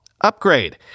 Upgrade